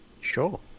Sure